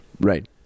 Right